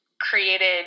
created